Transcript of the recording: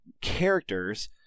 characters